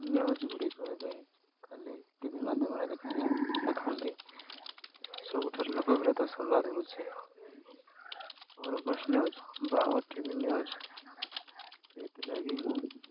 news ଗୁଡ଼ିକ ଏବେ ଖାଲି ଟିଭି ମାଧ୍ୟମରେ ଦେଖନ୍ତି ସବୁଠାରୁ ଲୋକପ୍ରିୟତା ସମ୍ବାଦ ହଉଛି ଅର୍ଗସ ନ୍ୟୁଜ୍ ବା ଓଟିଭି ନ୍ୟୁଜ୍ ସେଇଥିଲାଗି ମୁଁ